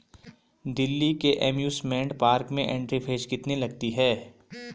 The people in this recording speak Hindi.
दिल्ली के एमयूसमेंट पार्क में एंट्री फीस कितनी लगती है?